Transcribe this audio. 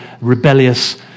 rebellious